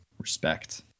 Respect